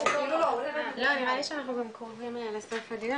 נראה לי שאנחנו מתקדמים לסוף הדיון,